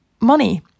money